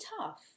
tough